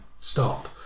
stop